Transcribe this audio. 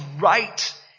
right